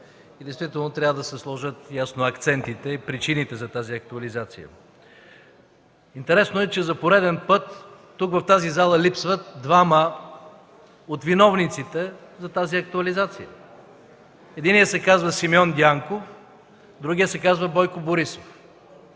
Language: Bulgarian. и наистина трябва да се сложат ясно акцентите и причините за тази актуализация. Интересно е, че за пореден път в тази зала липсват двама от виновниците за тази актуализация. Единият се казва Симеон Дянков, другият се казва Бойко Борисов.